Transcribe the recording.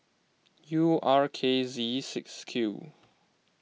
U R K Z six Q